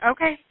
Okay